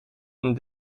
een